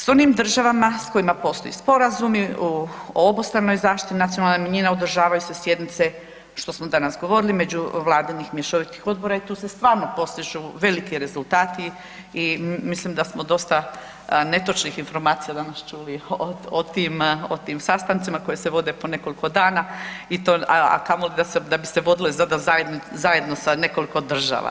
S onim državama s kojima postoje sporazumi o obostranoj zaštiti nacionalnih manjina održavaju se sjednice što smo danas govorili međuvladinih mješovitih odbora i tu se stvarno postižu veliki rezultati i mislim da smo dosta netočnih informacija danas čuli o tim, o tim sastancima koji se vode po nekoliko dana i to, a kamoli da bi se vodile sada zajedno sa nekoliko država.